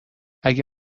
اگه